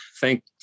thank